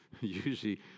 Usually